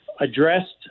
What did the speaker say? addressed